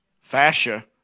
Fascia